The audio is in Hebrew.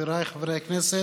חבריי חברי הכנסת,